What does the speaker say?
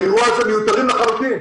באירוע הזה מיותרים לחלוטין.